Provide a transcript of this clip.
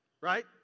right